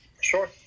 Sure